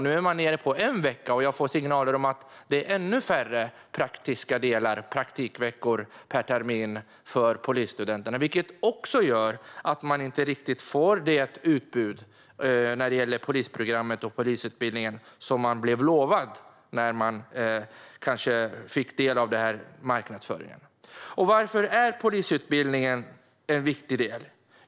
Nu är det nere på en vecka, och jag får signaler om att det är ännu färre praktiska delar och praktikveckor per termin för polisstudenterna, vilket gör att man inte riktigt får det utbud när det gäller polisprogrammet och polisutbildningen som man kanske blev lovad när man fick del av marknadsföringen. Varför är då polisutbildningen en viktig del?